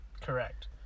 Correct